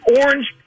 orange